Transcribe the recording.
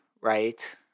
right